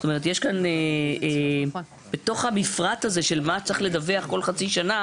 יש כאן בתוך המפרט הזה של מה צריך לדווח כל חצי שנה